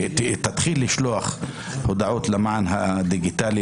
שהמדינה תתחיל לשלוח הודעות למען הדיגיטלי,